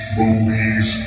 movies